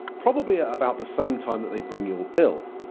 probably ah about the same time that they bring your bill.